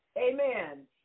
amen